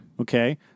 Okay